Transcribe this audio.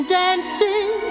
dancing